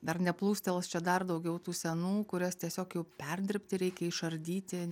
dar neplūstels čia dar daugiau tų senų kurias tiesiog jau perdirbti reikia išardyti